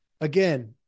Again